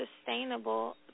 sustainable